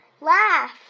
laugh